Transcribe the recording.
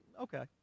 okay